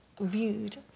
viewed